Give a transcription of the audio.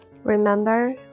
Remember